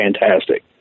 fantastic